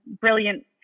brilliant